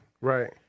Right